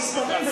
המספרים,